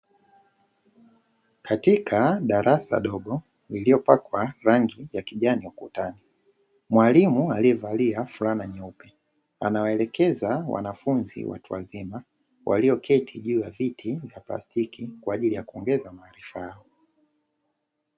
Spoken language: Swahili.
Katika darasa dogo lililopakwa rangi ya kijani ukutani, mwalimu aliyevalia fulana nyeupe anawaelekeza wanafunzi watu wazima walioketi juu ya viti vya plastiki, kwa ajili ya kuongeza maarifa yao.